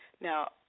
Now